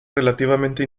relativamente